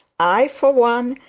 i, for one,